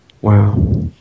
Wow